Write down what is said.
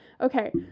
Okay